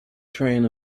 train